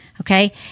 Okay